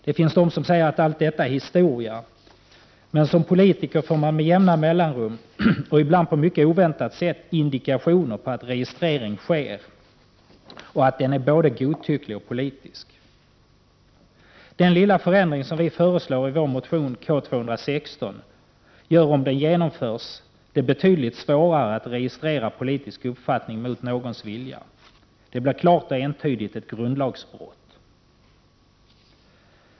Det finns de som säger att allt detta är historia, men som politiker får man med jämna mellanrum och ibland på mycket oväntat sätt ”indikationer” på att en registrering sker och att den är både godtycklig och politisk. Den lilla förändring som vi föreslår i vår motion K216 gör det, om den genomförs, betydligt svårare att registrera politisk uppfattning mot någons vilja. Det blir klart och entydigt ett grundlagsbrott.